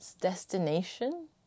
destination